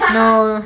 no